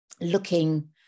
looking